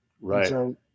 Right